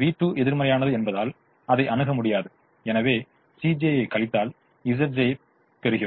v2 எதிர்மறையானது என்பதால் அதை அணுக முடியாது எனவே Cj கழித்தல் Zj ஐப் பெருகிறோம்